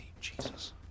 Jesus